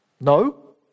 No